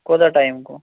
کوتاہ ٹایم گوٚو